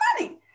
money